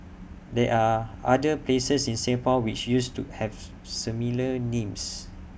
there are other places in Singapore which used to have similar names